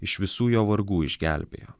iš visų jo vargų išgelbėjo